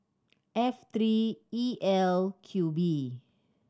F three E L Q B